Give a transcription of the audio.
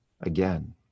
again